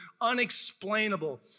unexplainable